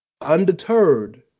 undeterred